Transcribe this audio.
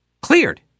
cleared